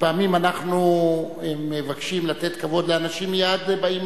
פעמים אנחנו מבקשים לתת כבוד לאנשים ומייד באים